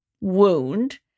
wound